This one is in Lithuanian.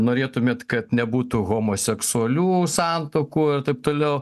norėtumėt kad nebūtų homoseksualių santuokų ir taip toliau